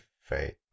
faith